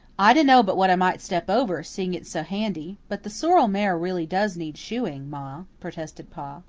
i dunno but what i might step over, seeing it's so handy. but the sorrel mare really does need shoeing, ma, protested pa.